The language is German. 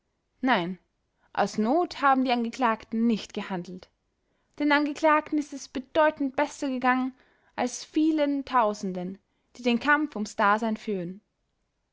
nein aus not haben die angeklagten nicht gehandelt den angeklagten ist es bedeutend besser gegangen als vielen tausenden die den kampf ums dasein führen